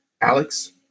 Alex